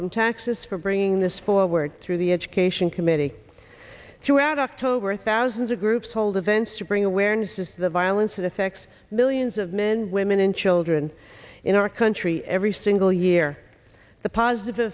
from taxes for bringing this forward through the education committee to out october thousands of groups hold events to bring awareness to the violence that affects millions of men women and children in our country every single year the positive